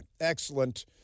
Excellent